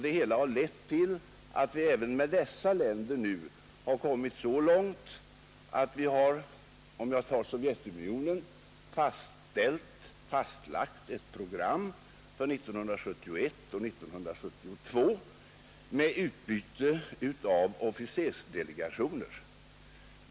Det hela har lett till att vi även med dessa länder nu kommit så långt att vi beträffande Sovjetunionen fastlagt ett program för utbyte av officersdelegationer under 1971 och 1972.